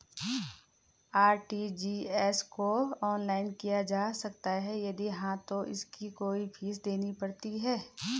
RTGS को online किया जा सकता है यदि हाँ तो इसकी कोई फीस देनी पड़ती है?